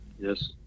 Yes